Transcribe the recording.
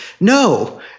no